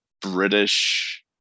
British